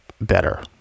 better